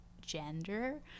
gender